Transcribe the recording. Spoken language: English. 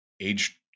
age